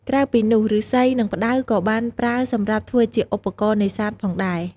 ក្រៅពីនោះឫស្សី និងផ្តៅក៏បានប្រើសម្រាប់ធ្វើជាឧបករណ៍នេសាទផងដែរ។